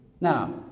now